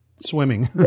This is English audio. swimming